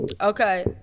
Okay